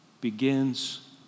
begins